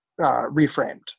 reframed